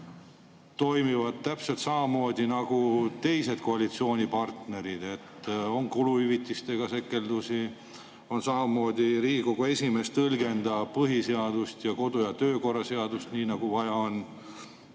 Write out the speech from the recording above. toimivad täpselt samamoodi nagu teised koalitsioonipartnerid. On kuluhüvitistega sekeldusi, samamoodi Riigikogu esimees tõlgendab põhiseadust ja kodu‑ ja töökorra seadust nii, nagu vaja.